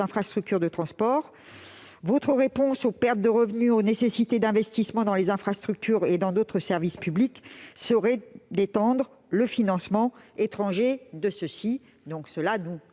infrastructures de transport. Votre réponse aux pertes de revenus et aux nécessités d'investissement dans les infrastructures et dans d'autres services publics serait d'étendre le financement étranger de ceux-ci. Cela nous